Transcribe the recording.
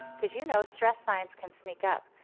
cause you know stress signs can sneak up.